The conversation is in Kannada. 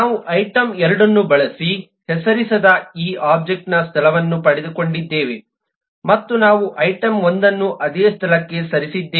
ನಾವು ಐಟಂ 2 ಅನ್ನು ಬಳಸಿ ಹೆಸರಿಸದ ಈ ಒಬ್ಜೆಕ್ಟ್ನ ಸ್ಥಳವನ್ನು ಪಡೆದುಕೊಂಡಿದ್ದೇವೆ ಮತ್ತು ನಾವು ಐಟಂ 1 ಅನ್ನು ಅದೇ ಸ್ಥಳಕ್ಕೆ ಸರಿಸಿದ್ದೇವೆ